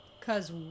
cause